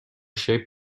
shaped